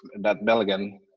and that bell again.